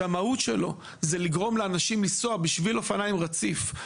המהות שלו זה לגרום לאנשים לנסוע בשביל אופניים רציף,